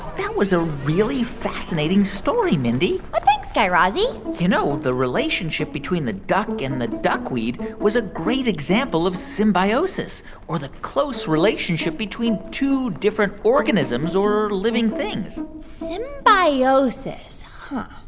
that was a really fascinating story, mindy well, thanks, guy razzy you know, the relationship between the duck and the duckweed was a great example of symbiosis or the close relationship between two different organisms or living things symbiosis. huh.